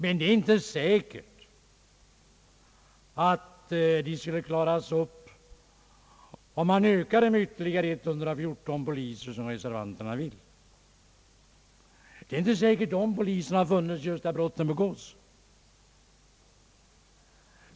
Men det är inte säkert att de skulle klaras upp, om man ökade antalet poliser med ytterligare 114, som reservanterna föreslagit. Det är inte säkert att de poliserna hade funnits just där brotten begås.